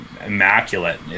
immaculate